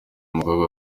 mukobwa